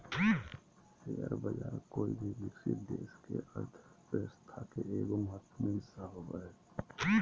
share बाज़ार कोय भी विकसित देश के अर्थ्व्यवस्था के एगो महत्वपूर्ण हिस्सा होबो हइ